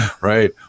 right